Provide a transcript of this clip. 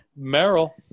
meryl